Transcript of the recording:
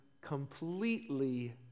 completely